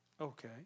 Okay